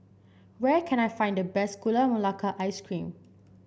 where can I find the best Gula Melaka Ice Cream